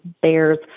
bears